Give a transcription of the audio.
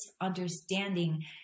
understanding